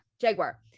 Jaguar